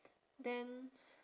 then